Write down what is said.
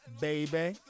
baby